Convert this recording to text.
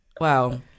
wow